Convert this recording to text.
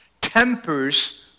Tempers